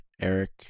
Eric